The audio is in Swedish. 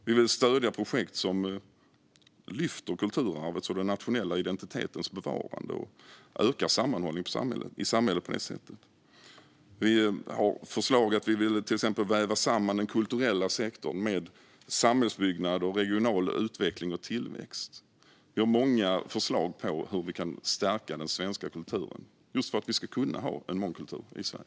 Vi vill stödja projekt som syftar till kulturarvets och den nationella identitetens bevarande och på det sättet ökar sammanhållningen i samhället. Vi har förslag om att vi till exempel vill väva samman den kulturella sektorn med samhällsbyggnad och regional utveckling och tillväxt. Vi har många förslag på hur vi kan stärka den svenska kulturen just för att vi ska kunna ha en mångkultur i Sverige.